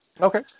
Okay